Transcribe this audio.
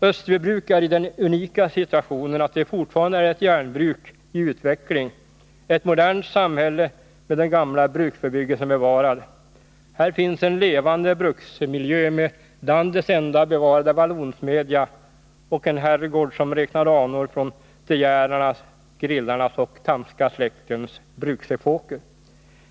Österbybruk är i den unika situationen att det fortfarande är ett järnbruk i utveckling, ett modernt samhälle med den gamla bruksbebyggelsen bevarad. Här finns en levande bruksmiljö med landets enda bevarade vallonsmedja och en herrgård som räknar anor från de Geerarnas, Grillarnas och Tammska släktens bruksepoker.